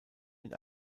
mit